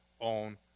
own